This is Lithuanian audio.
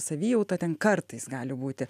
savijautą ten kartais gali būti